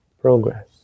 progress